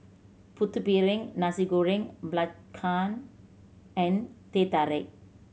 Putu Piring Nasi Goreng Belacan and Teh Tarik